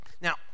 Now